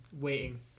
waiting